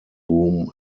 room